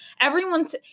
Everyone's